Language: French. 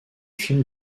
file